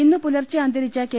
ഇന്നുപുലർച്ചെ അന്തരിച്ച കെ